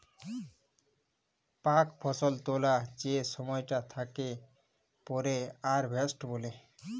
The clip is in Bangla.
পাক ফসল তোলা যে সময়টা তাকে পরে হারভেস্ট বলে